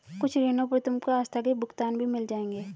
कुछ ऋणों पर तुमको आस्थगित भुगतान भी मिल जाएंगे